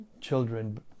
children